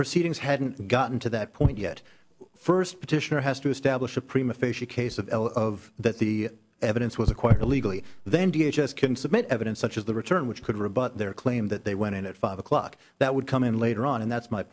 proceedings hadn't gotten to that point yet first petitioner has to establish a prima facie case of of that the evidence was quite legally then d h as can submit evidence such as the return which could rebut their claim that they went in at five o'clock that would come in later on and that's my